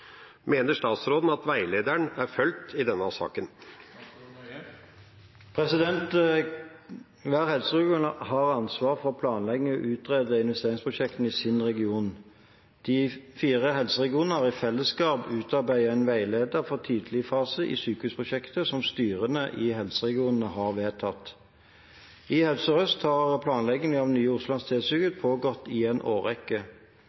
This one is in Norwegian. Mener statsråden at veilederen er fulgt i denne saken?» Hver helseregion har ansvar for å planlegge og utrede investeringsprosjektene i sin region. De fire helseregionene har i fellesskap utarbeidet en veileder for tidligfasen i sykehusprosjekter, som styrene i helseregionene har vedtatt. I Helse Sør-Øst har planleggingen av Nye Oslo universitetssykehus pågått i en årrekke.